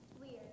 Weird